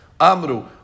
Amru